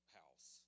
house